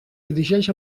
dirigeix